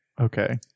Okay